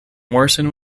morrison